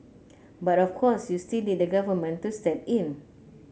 but of course you'll still need the government to step in